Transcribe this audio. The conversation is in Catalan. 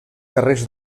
carrers